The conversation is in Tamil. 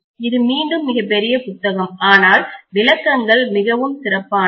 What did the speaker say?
இது மீண்டும் மிகப் பெரிய புத்தகம் ஆனால் விளக்கங்கள் மிகவும் சிறப்பானவை